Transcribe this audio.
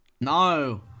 No